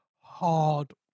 hard